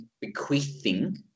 bequeathing